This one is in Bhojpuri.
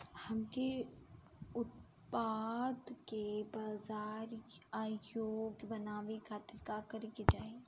हमके उत्पाद के बाजार योग्य बनावे खातिर का करे के चाहीं?